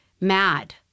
mad